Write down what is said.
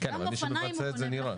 גם אופניים הוא קונה,